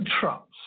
Trumps